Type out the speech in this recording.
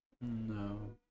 No